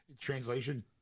Translation